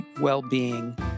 well-being